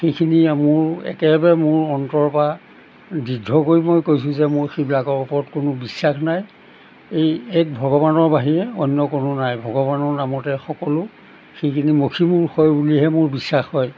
সেইখিনি মোৰ একেবাৰে মোৰ অন্তৰ পৰা দৃদ্ধ কৰি মই কৈছোঁ যে মোৰ সেইবিলাকৰ ওপৰত কোনো বিশ্বাস নাই এই এক ভগৱানৰ বাহিৰে অন্য কোনো নাই ভগৱানৰ নামতে সকলো সেইখিনি মখিমূল হয় বুলিহে মোৰ বিশ্বাস হয়